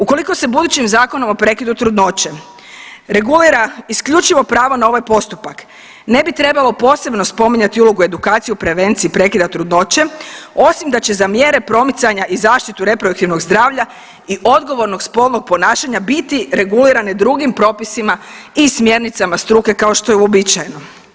Ukoliko se budućim zakonom o prekidu trudnoće regulira isključivo pravo na ovaj postupak ne bi trebalo posebno spominjati ulogu edukacije u prevenciji prekida trudnoće osim da će za mjere promicanja i zaštitu reproduktivnog zdravlja i odgovornog spolnog ponašanja biti regulirane drugim propisima i smjernicama struke kao što je uobičajeno.